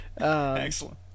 Excellent